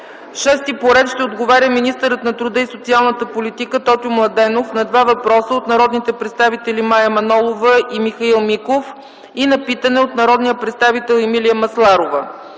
Шести по ред ще отговаря министърът на труда и социалната политика Тотю Младенов на два въпроса от народните представители Мая Манолова и Михаил Миков и на питане от народния представител Емилия Масларова.